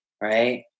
right